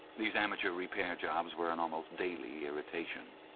these amateur repair jobs were an almost daily irritation.